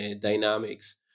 dynamics